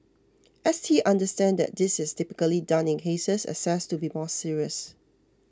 S T understands that this is typically done in cases assessed to be more serious